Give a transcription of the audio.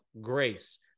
grace